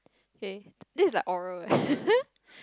kay this is like oral leh